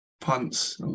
punts